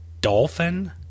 Dolphin